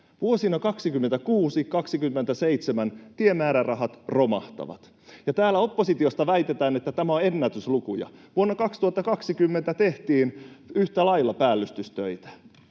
Vuosina 26—27 tiemäärärahat romahtavat. Ja täällä oppositiosta väitetään, että nämä ovat ennätyslukuja. Vuonna 2020 tehtiin yhtä lailla päällystystöitä.